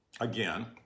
again